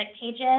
pages